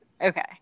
Okay